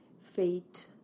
fate